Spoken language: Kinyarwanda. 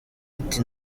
ati